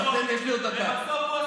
ובסוף, יואב,